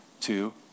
two